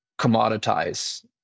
commoditize